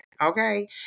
Okay